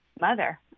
mother